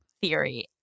theory